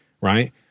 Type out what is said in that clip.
right